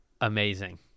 amazing